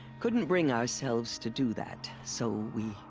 couldn't bring ourselves to do that, so. we.